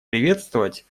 приветствовать